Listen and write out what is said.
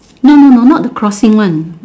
no no no not the crossing one